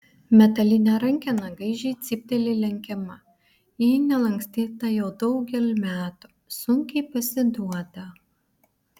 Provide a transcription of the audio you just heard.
metalinė rankena gaižiai cypteli lenkiama ji nelankstyta jau daugel metų sunkiai pasiduoda